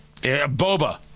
boba